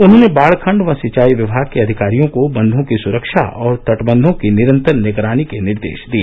उन्होंने बाढ़ खण्ड व सिंचाई विमाग के अधिकारियों को बंघों को सुरक्षा और तटबंघों की निरन्तर निगरानी के निर्देश दिए